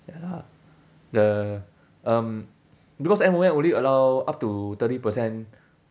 ya lah the um because M_O_M only allow up to thirty percent